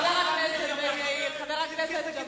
חבר הכנסת בן-ארי.